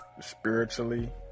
Spiritually